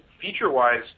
feature-wise